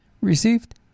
received